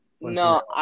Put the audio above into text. No